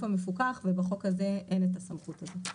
המפוקח ובחוק הזה אין את הסמכות הזו.